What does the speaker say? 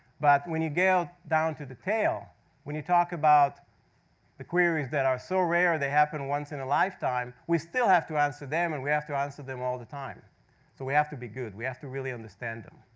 but when you go down to detail, when you talk about the queries that are so rare they happen once in a lifetime, we still have to answer them, and we have to answer them all the time. so we have to be good. we have to really understand them